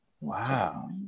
Wow